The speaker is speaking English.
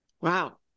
Wow